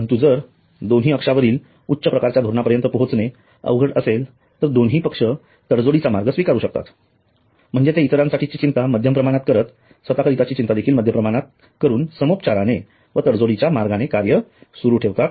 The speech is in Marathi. परंतु जर दोन्ही अक्षावरील उच्च प्रकारच्या धोरणापर्यंत पोहोचणे अवघड असेल तर दोन्ही पक्ष तडजोडीचा मार्ग स्वीकारू शकतात म्हणजे ते इतरांसाठीची चिंता माध्यम प्रमाणात करत स्वत करिताची चिंता देखील मध्यम प्रमाणात करत सामोपचाराने व तडजोडीच्या मार्गाने कार्य सुरु ठेवावे